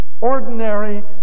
ordinary